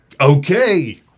okay